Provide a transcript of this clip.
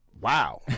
wow